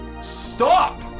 Stop